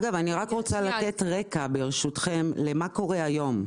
ברשותכם, אני רוצה לתת רקע לגבי מה שקורה היום.